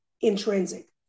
intrinsic